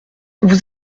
vous